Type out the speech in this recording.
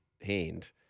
hand